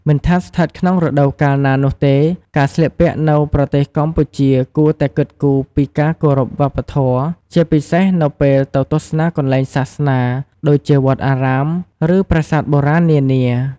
មិនថាស្ថិតក្នុងរដូវកាលណានោះទេ ការស្លៀកពាក់នៅប្រទេសកម្ពុជាគួរតែគិតគូរពី ការគោរពវប្បធម៌ ជាពិសេសនៅពេលទៅទស្សនាកន្លែងសាសនា ដូចជាវត្តអារាម ឬប្រាសាទបុរាណនានា។